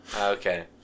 Okay